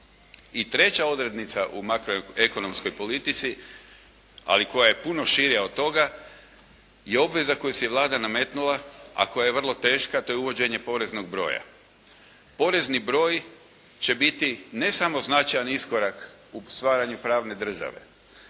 I treća odrednica u makroekonomskoj politici ali koja je puno šira od toga je obveza koju si je Vlada nametnula a koja je vrlo teška, to je uvođenje poreznog broja. Porezni broj će biti ne samo značajan iskorak u stvaranju pravne države,